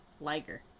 liger